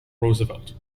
roosevelt